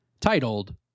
titled